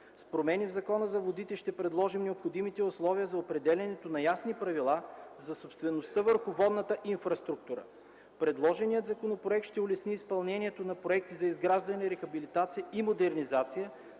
С промени в Закона за водите ще предложим необходимите условия за определянето на ясни правила за собствеността върху водната инфраструктура. Предложеният законопроект ще улесни изпълнението на проекти за изграждане, рехабилитация и модернизация